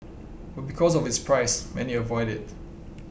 but because of its price many avoid it